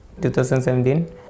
2017